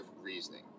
reasoning